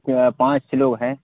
پانچ لوگ ہیں